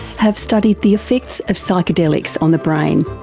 have studied the effects of psychedelics on the brain.